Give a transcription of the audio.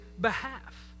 behalf